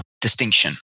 distinction